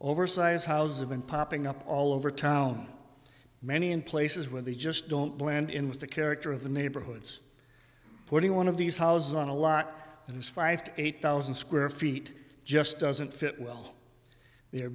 oversize house have been popping up all over town many in places where they just don't blend in with the character of the neighborhoods putting one of these houses on a lot that has five to eight thousand square feet just doesn't fit well they